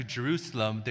Jerusalem